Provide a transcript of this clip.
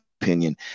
opinion